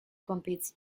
competes